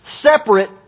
separate